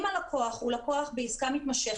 אם הלקוח הוא לקוח בעסקה מתמשכת בחברה